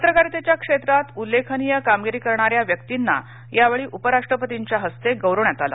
पत्रकारितेच्या क्षेत्रात उल्लेखनीय कामगिरी करणाऱ्या व्यक्तींना यावेळी उपराष्ट्रपतीच्या हस्ते गौरवण्यात आलं